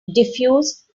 diffuse